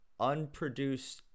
unproduced